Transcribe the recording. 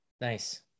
Nice